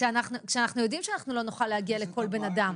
כשאנחנו יודעים שאנחנו לא נוכל להגיע לבן אדם,